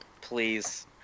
please